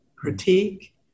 critique